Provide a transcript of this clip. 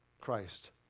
Christ